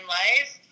life